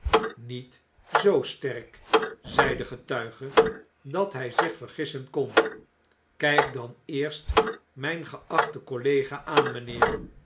niet zoo sterk zei de getuige dat hij zich vergissen kon kijk dan eerst mp geachten collega aan mynheer